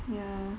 ya